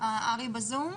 אריה בזום?